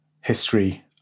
history